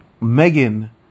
Megan